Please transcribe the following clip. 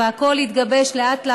והכול התגבש לאט,